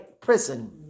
prison